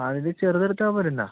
അതിന് ചെറുത് എടുത്താൽ പോരെ എന്നാൽ